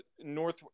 north